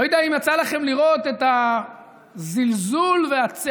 אני לא יודע אם יצא לכם לראות את הזלזול והצעקות